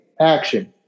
action